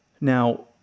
Now